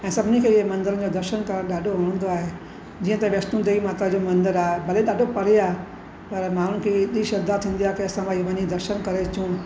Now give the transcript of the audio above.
ऐं सभिनी खे इहे मंदिर में दर्शन करणु ॾाढो वणंदो आहे जीअं त वैष्णो देवी माता जो मंदर आहे भले ॾाढो परे आहे पर माण्हुनि खे एॾी श्रद्धा थींदी आहे की असां भाई वञी दर्शन करे अचूं